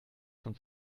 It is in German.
von